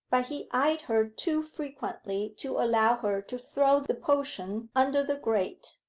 but he eyed her too frequently to allow her to throw the potion under the grate.